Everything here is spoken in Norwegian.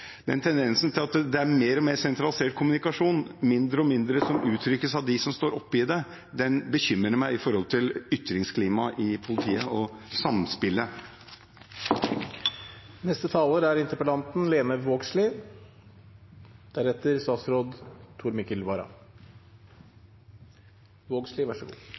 tendensen til at det er mer og mer sentralisert kommunikasjon, mindre og mindre som uttrykkes av dem som står oppe i det, bekymrer meg når det gjelder ytringsklimaet i politiet og samspillet der. Dette blei ein veldig god debatt. Me er